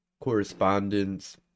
correspondence